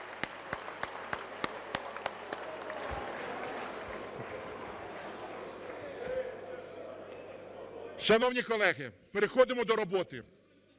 Шановні колеги, переходимо до роботи.